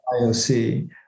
IOC